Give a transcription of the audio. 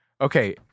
Okay